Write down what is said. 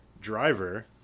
Driver